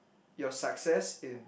your success in